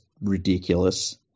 ridiculous